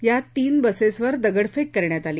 यात तीन बसेसवर दगडफेक करण्यात आली